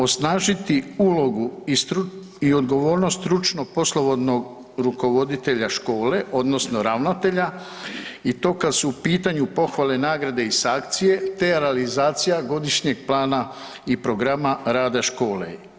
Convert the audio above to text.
Osnažiti ulogu i odgovornost stručnog poslovodnog rukovoditelja škole, odnosno ravnatelja i to kad su u pitanju pohvale, nagrade i sankcije, te realizacija godišnjeg plana i programa rada škole.